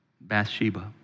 Bathsheba